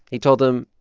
he told him,